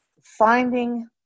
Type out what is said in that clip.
finding